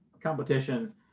competition